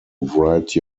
write